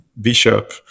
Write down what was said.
Bishop